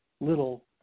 Little